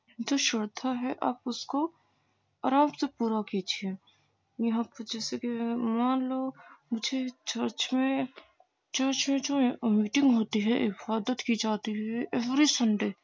جو شردھا ہے آپ اس کو آرام سے پورا کیجیے یہاں پہ جیسے کہ مان لو مجھے چرچ میں چرچ میں جو یہ میٹنگ ہوتی ہے عبادت کی جاتی ہے ایوری سنڈے